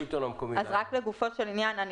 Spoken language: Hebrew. לגופו של עניין,